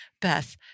Beth